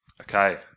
Okay